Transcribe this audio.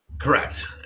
Correct